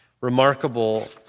Remarkable